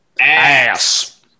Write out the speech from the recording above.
ASS